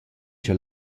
cha